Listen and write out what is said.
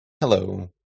Hello